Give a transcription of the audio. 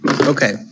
Okay